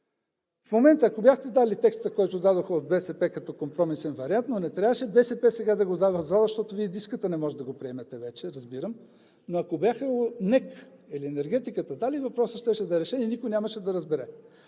в момента, ако бяхте дали текста, който дадоха от БСП като компромисен вариант – но не трябваше БСП сега да го дава в залата, защото Вие и да искате, не може да го приемете вече, разбирам. Ако НЕК или Енергетиката бяха дали, въпросаът щеше да е решен и никой нямаше да разбере.